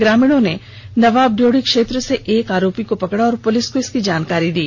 ग्रामीणों ने नबाब ड्योढी क्षेत्र से एक आरोपी को पकड़ा और पुलिस को इसकी जानकारी दी